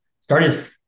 Started